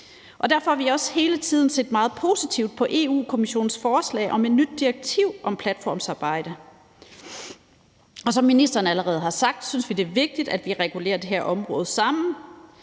Derfor har vi også hele tiden set meget positivt på Europa-Kommissionens forslag om et nyt direktiv om platformsarbejde. Som ministeren allerede har sagt, synes vi, at det er vigtigt, at vi regulerer det her område sammen,